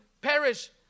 perish